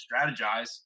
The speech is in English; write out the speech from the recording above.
strategize